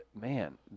man